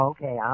Okay